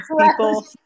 people